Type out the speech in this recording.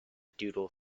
doodle